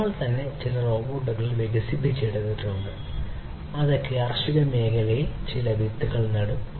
നമ്മൾ തന്നെ ചില റോബോട്ടുകൾ വികസിപ്പിച്ചെടുത്തിട്ടുണ്ട് അത് കാർഷിക മേഖലയിൽ ചില വിത്തുകൾ നടും